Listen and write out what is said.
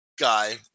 guy